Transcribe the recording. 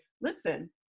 listen